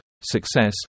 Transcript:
success